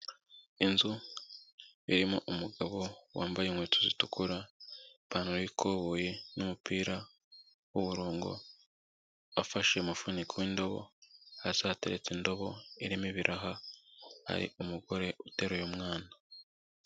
Inzu irimo umugabo wambaye inkweto zitukura, ipantaro y'ikoboyo n'umupira w'uburongo, afashe umufuniko w'indobo, hasi hateretse indobo irimo ibiraha, hari umugore uteruye umwana.